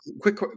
quick